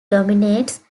dominates